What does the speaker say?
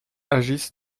agissent